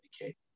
communicate